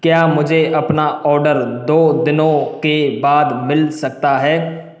क्या मुझे अपना ऑर्डर दो दिनों के बाद मिल सकता है